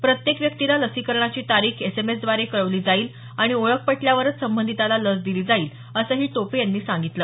प्रत्येक व्यक्तीला लसीकरणाची तारीख एसएमएसद्वारे कळवली जाईल आणि ओळख पटल्यावरच संबंधिताला लस दिली जाईल असंही टोपे यांनी सांगितलं